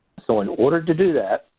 so, in order to do that,